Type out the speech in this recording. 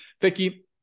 vicky